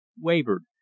wavered